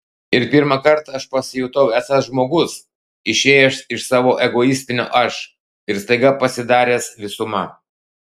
ir pirmą kartą aš pasijutau esąs žmogus išėjęs iš savo egoistinio aš ir staiga pasidaręs visuma